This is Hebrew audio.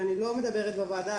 אני לא מדברת בוועדה,